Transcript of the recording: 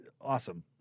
awesome